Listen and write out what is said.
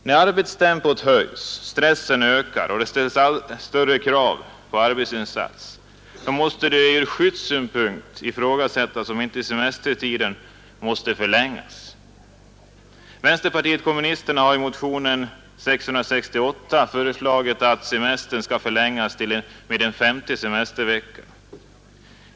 När arbetstempot höjs, stressen ökar och det ställs allt större krav på arbetsinsats måste det ur skyddssynpunkt ifrågasättas om inte semestertiden måste förlängas. Vänsterpartiet kommunisterna har i motionen 668 föreslagit att semestern skall förlängas med en femte semestervecka.